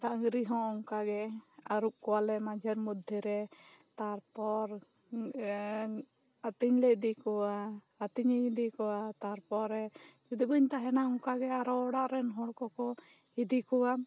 ᱰᱟ ᱝᱨᱤ ᱦᱚ ᱚᱱᱠᱟᱜᱮ ᱟᱨᱩᱜ ᱠᱚᱣᱟᱞᱮ ᱢᱟᱡᱷᱮ ᱢᱚᱫᱽᱫᱷᱮᱨᱮ ᱛᱟᱨᱯᱚᱨ ᱮᱢ ᱟᱛᱤᱝ ᱞᱮ ᱤᱫᱤ ᱠᱚᱭᱟ ᱟᱛᱤᱝ ᱤᱫᱤ ᱠᱚᱭᱟ ᱛᱟᱨᱯᱚᱨᱮ ᱡᱚᱫᱤ ᱵᱟᱹᱧ ᱛᱟᱦᱮᱱᱟ ᱚᱱᱠᱟ ᱜᱮ ᱟᱨᱳ ᱚᱲᱟᱜ ᱨᱮᱱ ᱦᱚᱲ ᱠᱚᱠᱚ ᱤᱫᱤ ᱠᱚᱣᱟ